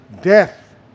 death